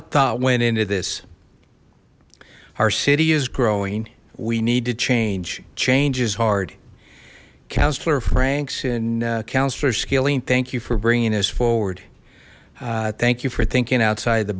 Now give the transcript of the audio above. of thought went into this our city is growing we need to change change is hard councillor franks and councillor skilling thank you for bringing us forward thank you for thinking outside the